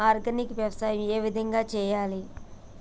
Organic వ్యవసాయం ఏ విధంగా చేయాలి?